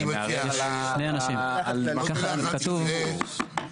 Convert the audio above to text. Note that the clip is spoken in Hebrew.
אני מערער על מה שנקרא "נציג הציבור".